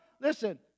Listen